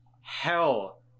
hell